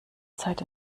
zeit